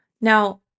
Now